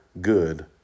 good